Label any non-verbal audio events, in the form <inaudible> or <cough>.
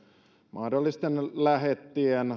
mahdollisten lähettien <unintelligible>